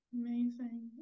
Amazing